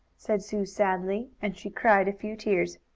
said sue, sadly, and she cried a few tears.